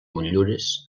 motllures